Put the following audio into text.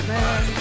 Man